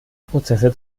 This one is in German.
prozesse